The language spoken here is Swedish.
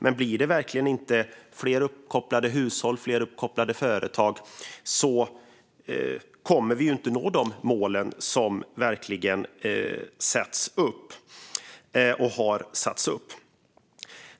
Men om det inte blir fler uppkopplade hushåll och företag kommer vi inte att nå de mål som sätts upp och har satts upp.